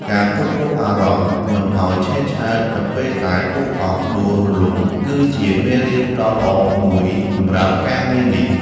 ការគ្រប់គ្រងអារម្មណ៍មិនឱ្យឆេវឆាវនៅពេលដែលតួអង្គដួលរលំគឺជាមេរៀនដ៏ល្អមួយសម្រាប់ការងារនេះ។